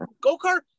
Go-kart